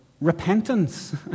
repentance